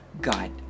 God